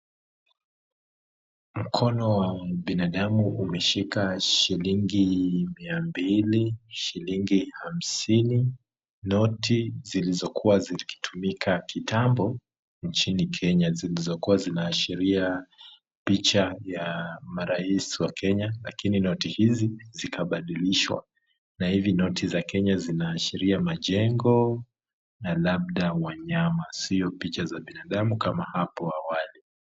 Mkono wa binadamu umeshika shilingi mia mbili, shilingi hamsini. Noti zilizokuwa zikitumika kitambo nchini Kenya, zilizokuwa zinaashiria picha ya marais wa Kenya lakini noti hizi zikabadilishwa, na hivi noti za Kenya zinaashiria majengo na labda wanyama, sio picha za binadamu kama hapo awali.